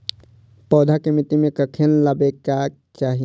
पौधा के मिट्टी में कखेन लगबाके चाहि?